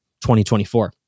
2024